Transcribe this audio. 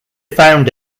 found